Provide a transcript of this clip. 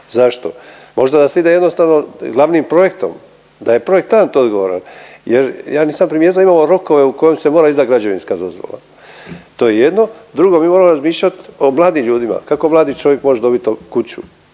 Zašto? Možda se ide jednostavno glavnim projektom, da je projektant odgovoran jer ja nisam primijetio da imamo rokove u kojim se mora izdat građevinska dozvola. To je jedno. Drugo, mi moramo razmišljat o mladim ljudima, kako mladi čovjek može dobit